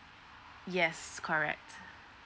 yes correct